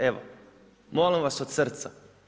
Evo, molim vas od srca.